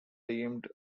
deemed